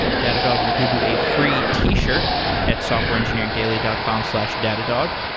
datadog will give you a free t-shirt at softwareengineeringdaily dot com slash datadog,